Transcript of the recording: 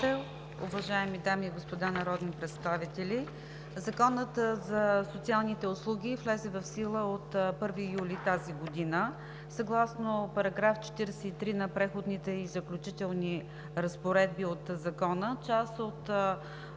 уважаеми дами и господа народни представители! Законът за социалните услуги влезе в сила от 1 юли тази година. Съгласно § 43 от Преходните и заключителните разпоредби на Закона част от